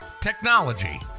technology